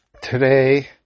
today